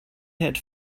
had